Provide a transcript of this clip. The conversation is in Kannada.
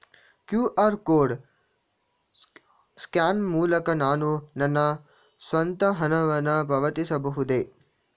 ಕ್ಯೂ.ಆರ್ ಕೋಡ್ ಸ್ಕ್ಯಾನ್ ಮೂಲಕ ನಾನು ನನ್ನ ಸ್ವಂತ ಹಣವನ್ನು ಪಾವತಿಸಬಹುದೇ?